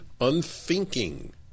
unthinking